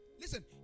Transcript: Listen